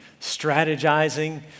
strategizing